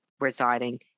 residing